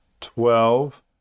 twelve